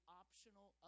optional